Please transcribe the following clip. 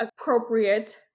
appropriate